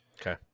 Okay